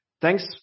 Thanks